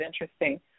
interesting